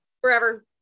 forever